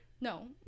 no